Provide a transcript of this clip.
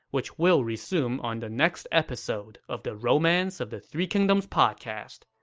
which will resume on the next episode of the romance of the three kingdoms podcast.